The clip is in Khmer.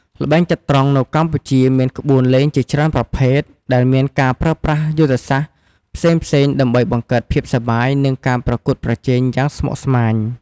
ល្បែងចត្រង្គនៅកម្ពុជាមានក្បួនលេងជាច្រើនប្រភេទ ដែលមានការប្រើប្រាស់យុទ្ធសាស្ត្រផ្សេងៗដើម្បីបង្កើតភាពសប្បាយ និងការប្រកួតប្រជែងយ៉ាងស្មុគស្មាញ។